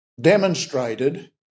demonstrated